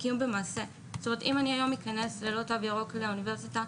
אם אני היום אכנס ללא תו ירוק לאוניברסיטה,